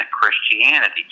Christianity